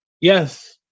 yes